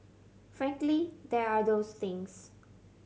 frankly there are those things